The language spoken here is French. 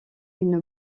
une